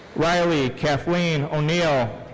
rily kathleen o'neil.